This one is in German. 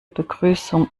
begrüßung